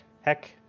Heck